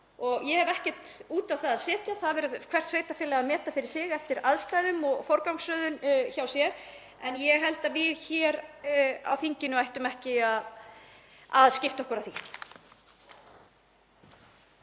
ég hef ekkert út á það að setja. Það verður hvert sveitarfélag að meta fyrir sig eftir aðstæðum og forgangsröðun hjá sér en ég held að við hér á þinginu ættum ekki að skipta okkur af því.